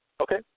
okay